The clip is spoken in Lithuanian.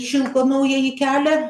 šilko naująjį kelią